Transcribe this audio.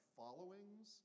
followings